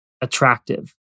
attractive